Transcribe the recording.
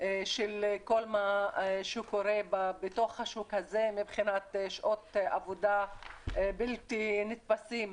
של כל מה שקורה בשוק הזה מבחינת שעות עבודה בלתי נתפסות,